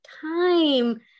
time